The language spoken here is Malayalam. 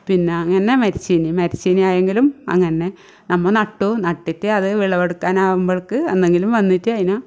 പിന്നെ അങ്ങനെ മരച്ചീനി മരച്ചീനി ആയെങ്കിലും അങ്ങനന്നെ നമ്മൾ നട്ടു നട്ടിട്ട് അത് വിളവെടുക്കാനാവുമ്പോളക്കു എന്തെങ്കിലും വന്നിട്ട് അതിനെ